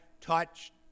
touched